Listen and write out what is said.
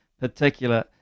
particular